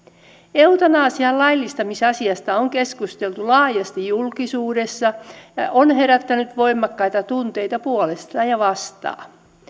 eutanasian laillistamisasiasta on keskusteltu laajasti julkisuudessa se on herättänyt voimakkaita tunteita puolesta ja ja vastaan